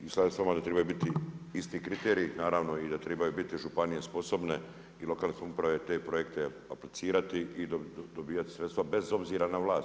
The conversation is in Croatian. I slažem se s vama da trebaju biti isti kriteriji, naravno i da trebaju biti županije sposobne i lokalne samouprave te projekte aplicirati i dobivati sredstva bez obzira na vlast.